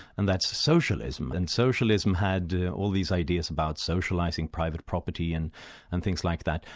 and that's socialism, and socialism had all these ideas about socialising private property and and things like that,